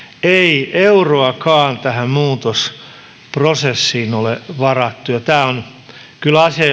ei euroakaan tähän muutosprosessiin ole varattu ja tämä on kyllä asia